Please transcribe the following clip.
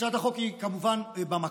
הצעת החוק היא כמובן במקום.